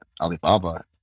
Alibaba